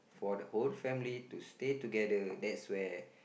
for the whole family to stay together that's where